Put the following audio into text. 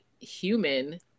human